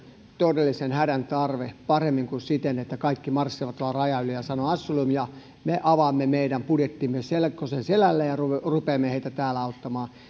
todellisen avun tarve paremmin kuin siten että kaikki marssivat vain rajan yli ja sanovat asylum ja me avaamme meidän budjettimme selkosen selälleen ja rupeamme heitä täällä auttamaan